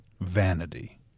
vanity